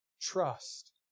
trust